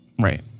Right